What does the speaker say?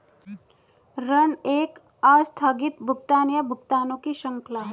ऋण एक आस्थगित भुगतान, या भुगतानों की श्रृंखला है